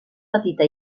petita